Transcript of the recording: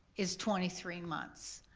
it's twenty three months,